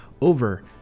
over